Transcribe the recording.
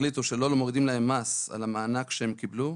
החליטו שלא מורידים להם מס על המענק שהם קיבלו.